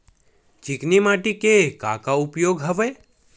चिकनी माटी के का का उपयोग हवय?